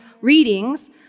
readings